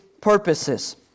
purposes